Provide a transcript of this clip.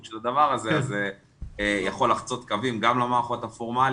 של הדבר הזה אז זה יכול לחצות קווים גם למערכות הפורמליות,